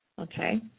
Okay